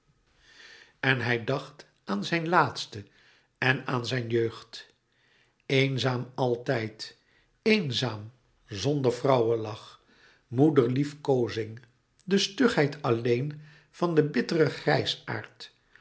en hij dacht aan zijne laatste en aan zijn jeugd louis couperus metamorfoze eenzaam altijd eenzaam zonder vrouwelach moederliefkoozing de stugheid alleen van den bitteren